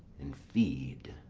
and feed?